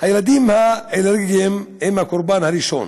הילדים האלרגיים היו הקורבן הראשון.